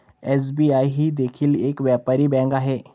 SBI ही देखील एक व्यापारी बँक आहे